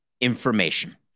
information